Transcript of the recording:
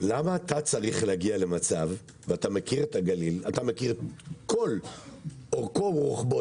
אתה מכיר את הגליל ואתה מכיר את כל אורכו ורוחבו